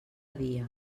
dia